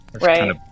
Right